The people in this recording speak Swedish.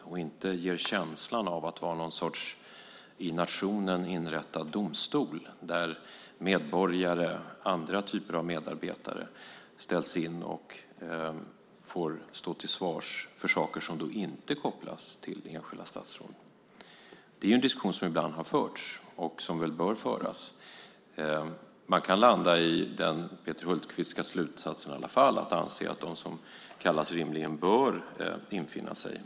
KU ska inte ge känslan av att vara någon sorts i nationen inrättad domstol där medborgare och andra typer av medarbetare ställs in och får stå till svars för saker som inte kopplas till enskilda statsråd. Det är en diskussion som ibland har förts och som bör föras. Man kan i alla fall landa i den Peter Hultqvistska slutsatsen och anse att de som kallas rimligen bör infinna sig.